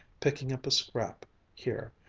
picking up a scrap here,